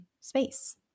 space